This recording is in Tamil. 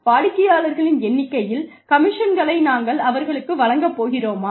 வாடிக்கையாளர்களின் எண்ணிக்கையில் கமிஷன்களை நாங்கள் அவர்களுக்கு வழங்கப் போகிறோமா